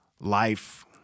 life